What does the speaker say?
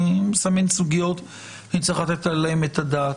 אני מסמן סוגיות שצריך לתת עליהן את הדעת.